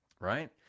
right